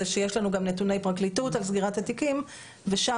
זה שיש לנו גם נתוני פרקליטות על סגירת התיקים ושם